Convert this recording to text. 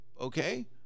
Okay